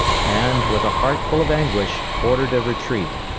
and, with a heart full of anguish, ordered a retreat.